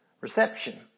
reception